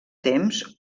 temps